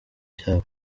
cyaba